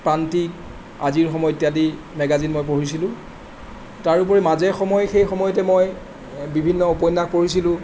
প্ৰান্তিক আজিৰ সময় ইত্যাদি মেগাজিন মই পঢ়িছিলোঁ তাৰোপৰি মাজে সময়ে সেই সময়তে মই বিভিন্ন উপন্যাস পঢ়িছিলোঁ